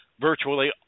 virtually